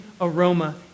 aroma